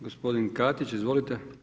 Gospodin Katić, izvolite.